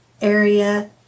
area